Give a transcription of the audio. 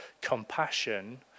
compassion